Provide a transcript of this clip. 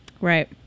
Right